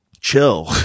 chill